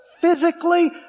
physically